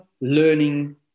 learning